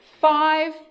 five